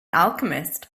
alchemist